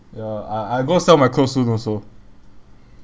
ya I I going to sell my clothes soon also